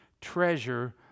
treasure